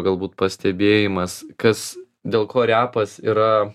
galbūt pastebėjimas kas dėl ko repas yra